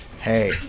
Hey